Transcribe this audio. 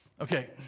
Okay